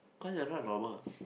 cause you're not normal